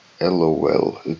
LOL